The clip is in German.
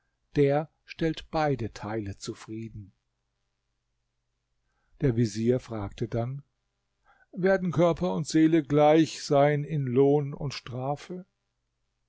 der stellt beide teile zufrieden der vezier fragte dann werden körper und seele gleich sein in lohn und strafe